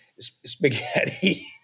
Spaghetti